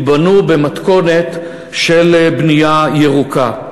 ייבנו במתכונת של בנייה ירוקה.